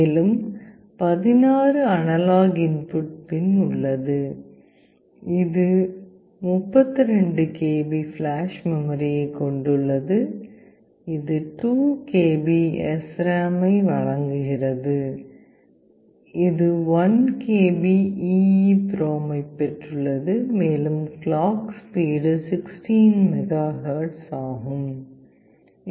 மேலும் 16 analog input pin உள்ளது இது 32 கிலோ பைட்ஸ் ஃபிளாஷ் மெமரியைக் கொண்டுள்ளது இது 2 கிலோ பைட்ஸ் SRAM ஐ வழங்குகிறது இது 1 கிலோ பைட்ஸ் EEPROM ஐப் பெற்றுள்ளது மேலும் கிளாக் ஸ்பீடு 16 MHz ஆகும்